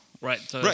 right